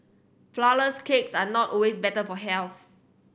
flourless cakes are not always better for health